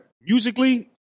Musically